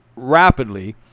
Rapidly